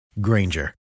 Granger